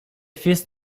fils